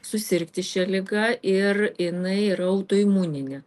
susirgti šia liga ir jinai yra autoimuninė